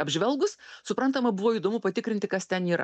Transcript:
apžvelgus suprantama buvo įdomu patikrinti kas ten yra